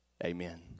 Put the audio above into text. Amen